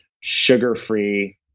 sugar-free